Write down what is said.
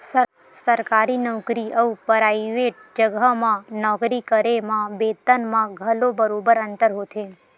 सरकारी नउकरी अउ पराइवेट जघा म नौकरी करे म बेतन म घलो बरोबर अंतर होथे